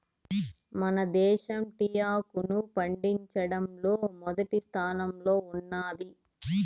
మన దేశం టీ ఆకును పండించడంలో మొదటి స్థానంలో ఉన్నాది